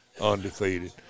undefeated